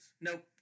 Nope